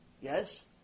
Yes